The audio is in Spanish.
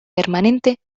permanente